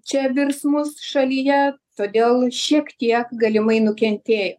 čia virsmus šalyje todėl šiek tiek galimai nukentėjo